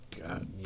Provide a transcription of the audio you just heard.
god